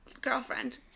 girlfriend